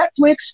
netflix